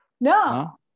No